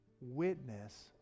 witness